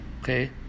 okay